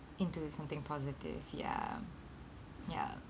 into something positive ya ya